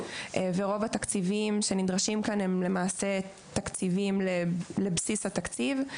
ורוב התקציבים שנדרשים כאן הם למעשה תקציבים לבסיס התקציב,